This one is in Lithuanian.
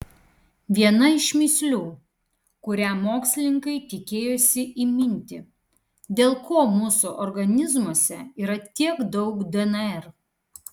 viena iš mįslių kurią mokslininkai tikėjosi įminti dėl ko mūsų organizmuose yra tiek daug dnr